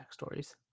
backstories